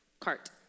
cart